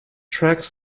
track